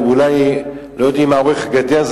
אולי לא יודעים מה אורך הגדר,